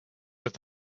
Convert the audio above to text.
with